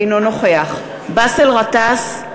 אינו נוכח באסל גטאס,